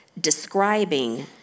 describing